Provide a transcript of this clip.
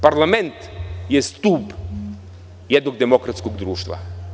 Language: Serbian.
Parlament je stub jednog demokratskog društva.